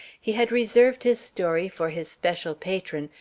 he had reserved his story for his special patron,